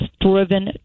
driven